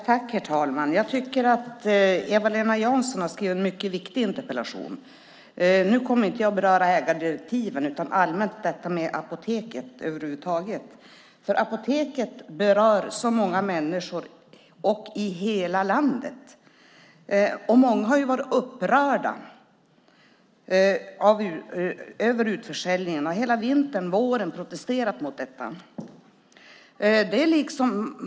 Herr talman! Jag tycker att Eva-Lena Jansson har skrivit en mycket viktig interpellation. Nu kommer jag inte att beröra ägardirektiven utan i stället gå in allmänt på detta med Apoteket, för Apoteket berör så många människor och i hela landet. Många har varit upprörda över utförsäljningen och protesterat mot detta under hela vintern och våren.